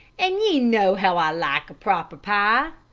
an' ye know how i like a proper pie.